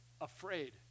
afraid